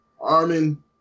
Armin